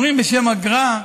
אומרים בשם הגר"א: